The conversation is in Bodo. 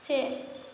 से